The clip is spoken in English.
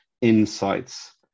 insights